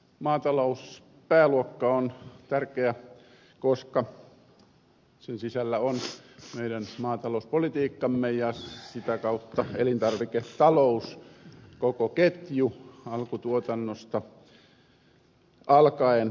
maatalouspääluokka on tärkeä koska sen sisällä on meidän maatalouspolitiikkamme ja sitä kautta elintarviketalous koko ketju alkutuotannosta alkaen